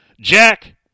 Jack